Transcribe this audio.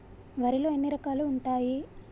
వరిలో ఎన్ని రకాలు ఉంటాయి?